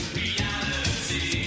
reality